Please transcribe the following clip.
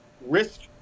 risk